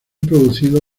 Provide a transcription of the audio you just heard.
producido